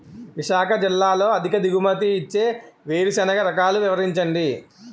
విశాఖ జిల్లాలో అధిక దిగుమతి ఇచ్చే వేరుసెనగ రకాలు వివరించండి?